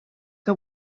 que